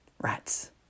Rats